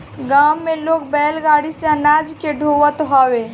गांव में लोग बैलगाड़ी से अनाज के ढोअत हवे